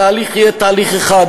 התהליך יהיה תהליך אחד,